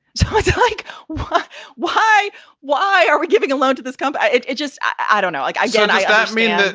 so like why why why are we giving a loan to this company? it it just i don't know, like i yeah and i mean,